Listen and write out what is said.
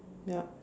yup